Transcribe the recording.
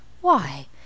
Why